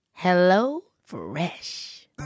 HelloFresh